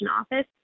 office